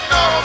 no